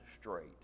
straight